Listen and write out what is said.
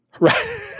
Right